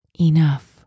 enough